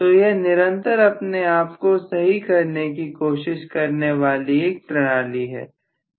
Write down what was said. तो यह निरंतर अपने आप को सही करने की कोशिश करने वाली एक प्रणाली है